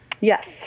Yes